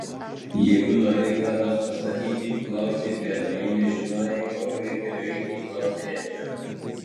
jeigu norėjai ką nors pastatyti klausei beno jei nežinojai kokiu keliu eiti klausei edžio